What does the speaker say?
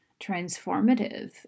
transformative